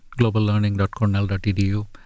globallearning.cornell.edu